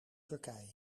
turkije